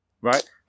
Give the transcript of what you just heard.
right